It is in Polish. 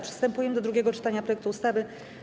Przystępujemy do drugiego czytania projektu ustawy.